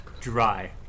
dry